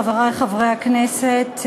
חברי חברי הכנסת,